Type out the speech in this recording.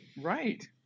Right